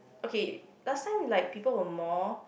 okay last time is like people were more